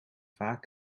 vaak